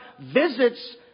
visits